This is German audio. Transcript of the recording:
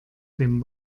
dem